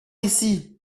ici